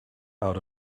out